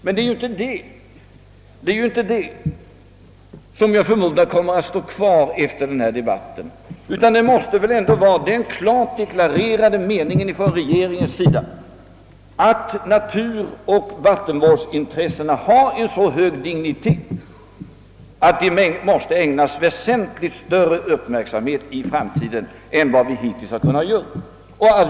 Men det är inte detta som kommer att stå kvar efter denna debatt sedan vi tagit bort det som gällt lokalisering eller icke lokalisering, utan det måste väl ändå vara den klart deklarerade meningen från regeringens sida, att naturoch vattenvårdsintressena har en så hög dignitet, att de måste ägnas väsentligt större uppmärksamhet i framtiden än vi hittills har kunnat göra.